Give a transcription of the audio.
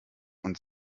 und